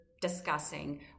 discussing